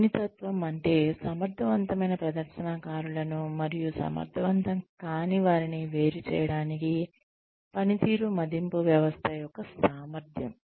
సున్నితత్వం అంటే సమర్థవంతమైన ప్రదర్శనకారులను మరియు సమర్థవంతం కానీ వారిని వేరు చేయడానికి పనితీరు మదింపు వ్యవస్థ యొక్క సామర్ధ్యం